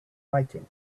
fighting